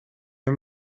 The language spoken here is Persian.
این